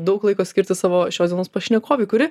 daug laiko skirti savo šios dienos pašnekovei kuri